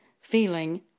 feeling